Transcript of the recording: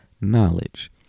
knowledge